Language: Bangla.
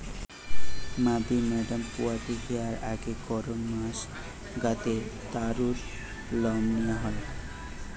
মাদি ম্যাড়া পুয়াতি হিয়ার আগে গরম মাস গা তে তারুর লম নিয়া হয়